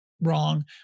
wrong